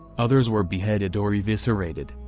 others were beheaded or eviscerated,